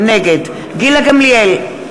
נגד גילה גמליאל,